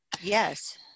Yes